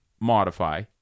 modify